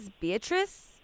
Beatrice